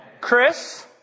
Chris